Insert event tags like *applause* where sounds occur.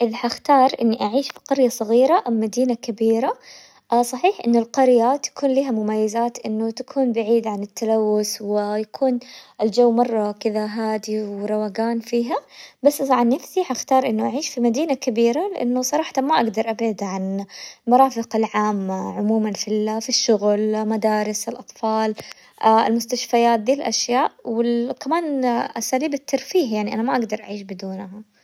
اللي حختار اني اعيش في قرية صغيرة ام مدينة كبيرة؟ *hesitation* صحيح ان القرية تكون لها مميزات انه تكون بعيدة عن التلوث ويكون الجو مرة كذا هادي وروقان فيها، بس طبعا نفسي حختار انه اعيش في مدينة كبيرة لانه صراحة ما اقدر عن مرافق العامة عموما في في الشغل، مدارس الاطفال، *hesitation* المستشفيات دي الاشياء، كمان اساليب الترفيه يعني انا ما اقدر اعيش بدونها.